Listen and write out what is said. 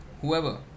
Whoever